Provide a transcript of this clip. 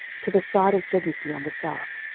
to the side of jebusi on the south,